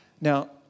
Now